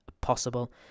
possible